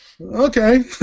Okay